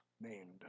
named